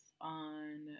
on